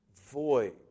void